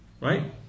Right